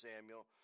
Samuel